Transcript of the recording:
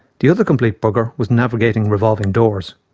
the other complete bugger was navigating revolving doors.